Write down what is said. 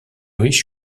riches